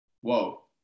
whoa